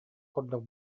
курдук